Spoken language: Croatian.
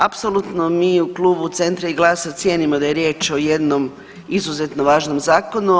Apsolutno mi u Klubu Centra i Glasa cijenimo da je riječ o jednom izuzetno važnom zakonu.